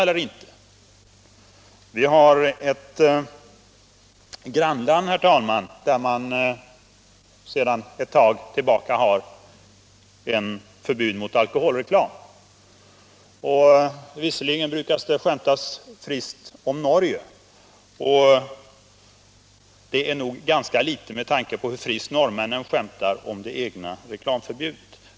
Vi har, herr talman, ett grannland där det sedan ett tag tillbaka råder förbud mot alkoholreklam. Visserligen brukar det skämtas friskt om Norge, men det är nog ganska litet i jämförelse med hur friskt norrmännen skämtar om det egna reklamförbudet.